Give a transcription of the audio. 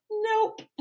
nope